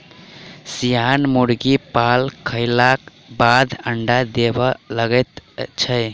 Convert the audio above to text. सियान मुर्गी पाल खयलाक बादे अंडा देबय लगैत छै